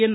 N